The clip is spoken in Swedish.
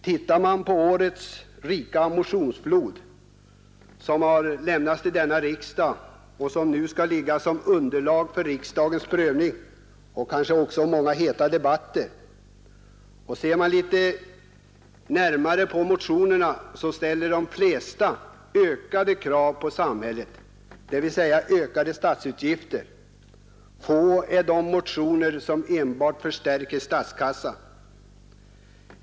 Tittar man litet närmare på årets rika motionsflod, som skall utgöra underlag för riksdagens prövning och kanske för många heta debatter, så finner man att de flesta motionerna ställer ökade krav på samhället i form av större samhällsutgifter. Få är de motioner som enbart förstärker statskassan.